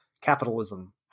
capitalism